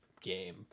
game